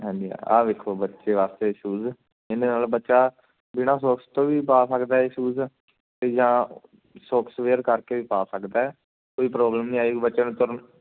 ਹਾਂਜੀ ਆਹ ਵੇਖੋ ਬੱਚੇ ਵਾਸਤੇ ਸ਼ੂਜ ਜਿਹਦੇ ਨਾਲ ਬੱਚਾ ਬਿਨਾਂ ਸੋਕਸ ਤੋਂ ਵੀ ਪਾ ਸਕਦਾ ਸ਼ੂਜ ਅਤੇ ਜਾਂ ਸੋਕਸ ਵੇਅਰ ਕਰਕੇ ਵੀ ਪਾ ਸਕਦਾ ਕੋਈ ਪ੍ਰੋਬਲਮ ਨਹੀਂ ਆਈ ਬੱਚੇ ਨੂੰ ਤੁਰਨ